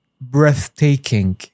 breathtaking